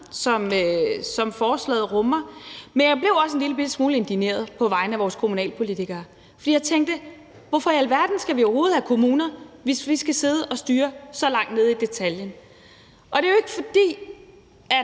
som forslaget rummer, men jeg blev også en lillebitte smule indigneret på vegne af vores kommunalpolitikere, fordi jeg tænkte: Hvorfor i alverden skal vi overhovedet have kommuner, hvis vi skal sidde og styre så langt ned i detaljen? Det er jo ikke, fordi det